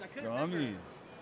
Zombies